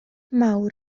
mawr